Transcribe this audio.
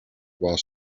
while